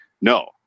no